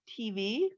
TV